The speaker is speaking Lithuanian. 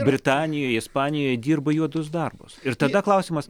britanijoj ispanijoj dirba juodus darbus ir tada klausimas